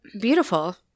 beautiful